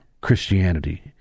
Christianity